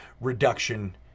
reduction